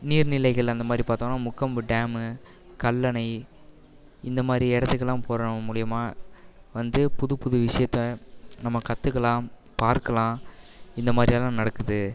நீர் நிலைகள் அந்த மாதிரி பாத்தோம்னா முக்கொம்பு டேமு கல்லணை இந்த மாதிரி எடத்துக்கெல்லாம் போறது மூலிமா வந்து புது புது விஷயத்த நம்ம கற்றுக்கலாம் பார்க்கலாம் இந்த மாதிரியெல்லாம் நடக்குது